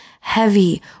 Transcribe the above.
heavy